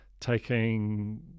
taking